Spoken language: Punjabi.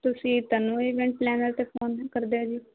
ਤੁਸੀਂ ਤਨੂੰ ਈਵੈਂਟ ਪਲੈਨਰ 'ਤੇ ਫ਼ੋਨ ਕਰਦੇ ਹੋ ਜੀ